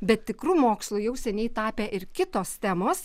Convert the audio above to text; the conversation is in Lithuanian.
bet tikru mokslu jau seniai tapę ir kitos temos